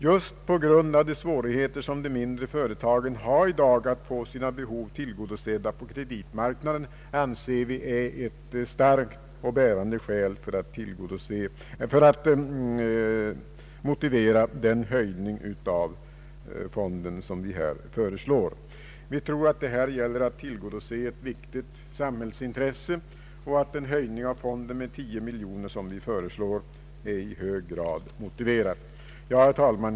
Just den svårighet som de mindre företagen har i dag att få sina behov tillgodosedda på kreditmarknaden anser vi vara ett starkt och bärande skäl för att motivera den höjning av fonden som vi här föreslår. Det gäller här att tillgodose ett viktigt samhällsintresse, och vi anser den höjning av fonden med tio miljoner kronor som vi föreslår i hög grad motiverad. Herr talman!